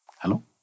Hello